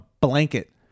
blanket